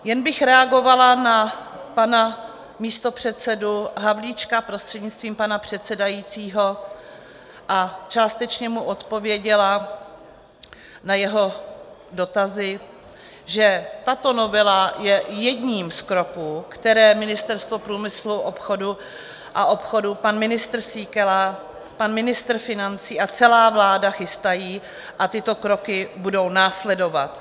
Jen bych reagovala na pana místopředsedu Havlíčka, prostřednictvím pana předsedajícího, a částečně mu odpověděla na jeho dotazy, že tato novela je jedním z kroků, které Ministerstvo průmyslu a obchodu, pan ministr Síkela, pan ministr financí a celá vláda chystají, a tyto kroky budou následovat.